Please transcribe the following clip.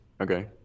Okay